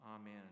Amen